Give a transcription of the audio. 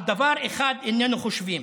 על דבר אחר איננו חושבים.